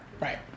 Right